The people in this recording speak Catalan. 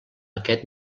aquest